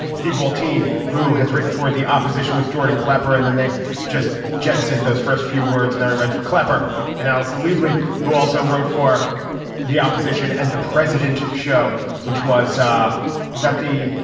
steve wohl teen who has written for the opposition with jordan klepper and then they just jettisoned those first few words. now he writes for klepper and allison lilley who also wrote for the opposition and the president show which was. um was that the.